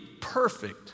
perfect